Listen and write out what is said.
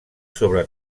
sobre